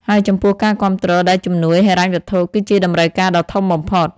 ហើយចំពោះការគាំទ្រ ដែលជំនួយហិរញ្ញវត្ថុ គឺជាតម្រូវការដ៏ធំបំផុត។